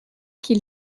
qui